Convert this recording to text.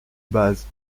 base